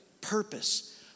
purpose